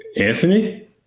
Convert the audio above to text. Anthony